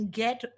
get